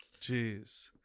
Jeez